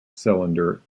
cylinder